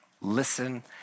listen